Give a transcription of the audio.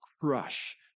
crush